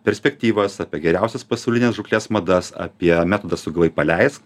perspektyvas apie geriausias pasaulinės žūklės madas apie metodą sugavai paleisk